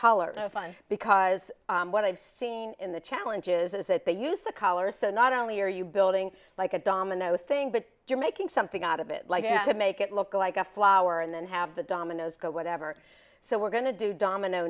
colors fun because what i've seen in the challenges is that they use the collars so not only are you building like a domino thing but you're making something out of it to make it look like a flower and then have the dominoes go whatever so we're going to do domino